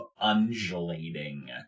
undulating